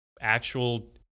actual